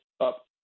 up